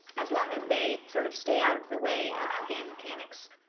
as long as they sort of stay out of the way of the game mechanics,